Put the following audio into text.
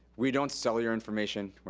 we don't sell your information.